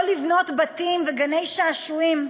לא לבנות בתים וגני שעשועים,